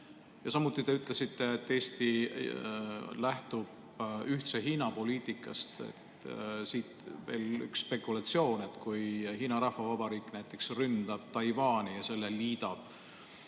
Samuti ütlesite te, et Eesti lähtub ühtse Hiina poliitikast. Siit veel üks spekulatsioon: kui Hiina Rahvavabariik ründab Taiwani ja liidab